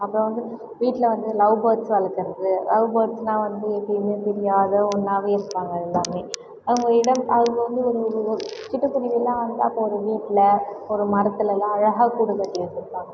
அப்புறம் வந்து வீட்டில் வந்து லவ் பேர்ட்ஸ் வளக்கிறது லவ் பேர்ட்ஸ்ன்னா வந்து எப்பவுமே பிரியாத ஒன்னாவே இருப்பாங்க எல்லாமே அவங்க இடம் அவங்க வந்து ஒரு சிட்டு குருவில்லாம் வந்து அப்போ ஒரு வீட்டில் ஒரு மரத்தில்லாம் அழகாக கூடு கட்டி வச்சுருப்பாங்க